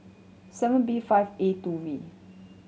seven B five A two V